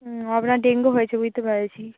আপনার ডেঙ্গু হয়েছে বুঝতে পারেছি